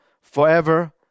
forever